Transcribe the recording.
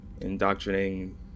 indoctrinating